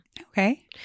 Okay